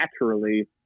naturally